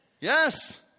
Yes